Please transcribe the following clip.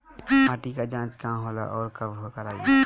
माटी क जांच कहाँ होला अउर कब कराई?